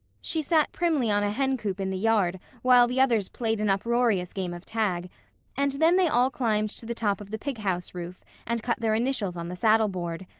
she sat primly on a hencoop in the yard while the others played an uproarious game of tag and then they all climbed to the top of the pig-house roof and cut their initials on the saddleboard.